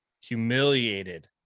humiliated